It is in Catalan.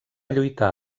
lluitar